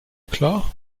klar